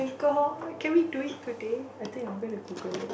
alcohol can we do it today I think I'm going to Google it